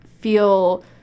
feel